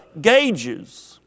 gauges